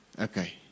Okay